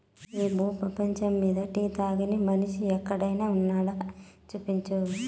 ఈ భూ పేపంచమ్మీద టీ తాగని మనిషి ఒక్కడైనా వున్నాడా, చూపించు